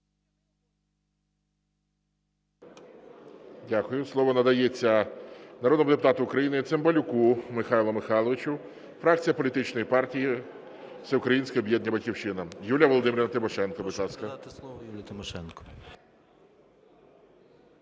Дякую. Слово надається народному депутату України Цимбалюку Михайлу Михайловичу, фракція політичної партії Всеукраїнське об'єднання "Батьківщина". Юлія Володимирівна Тимошенко, будь ласка.